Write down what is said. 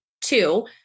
two